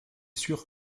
sûr